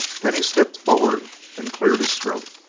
then he stepped forward and cleared his throat.